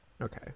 Okay